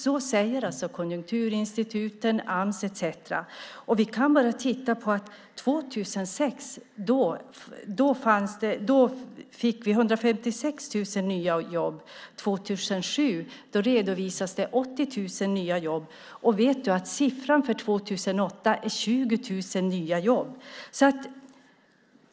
Så säger Konjunkturinstitutet, Ams etcetera. Vi behöver bara se på hur det varit. 2006 fick vi 156 000 nya jobb. 2007 redovisades 80 000 nya jobb. Siffran för 2008 är 20 000 nya jobb.